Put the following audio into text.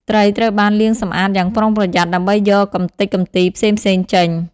ត្រីត្រូវបាន លាងសម្អាត យ៉ាងប្រុងប្រយ័ត្នដើម្បីយកកម្ទេចកំទីផ្សេងៗចេញ។